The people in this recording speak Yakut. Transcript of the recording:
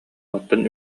оттон